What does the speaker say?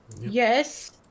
yes